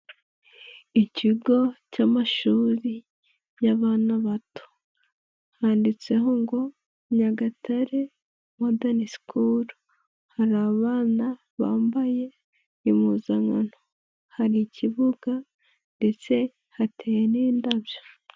Ikigo cy'amashuri y'abana bato handitseho ngo Nyagatare modani sukuru, hari abana bambaye impuzankano, hari ikibuga ndetse hateye n'indabyo.